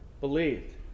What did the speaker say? believed